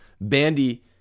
bandy